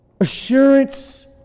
assurance